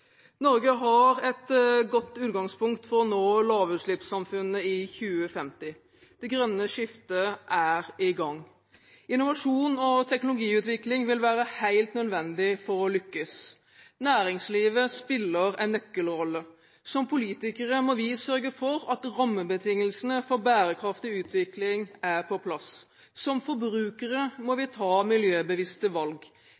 Norge har et godt utgangspunkt for å nå lavutslippssamfunnet i 2050. Det grønne skiftet er i gang. Innovasjon og teknologiutvikling vil være helt nødvendig for å lykkes. Næringslivet spiller en nøkkelrolle. Som politikere må vi sørge for at rammebetingelsene for bærekraftig utvikling er på plass. Som forbrukere må